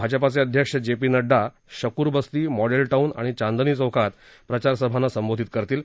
भाजप अध्यक्ष J P Nadda Shakur Basti Model Town आणि चांदनी चौकात प्रचार सभांना संबोधित करतील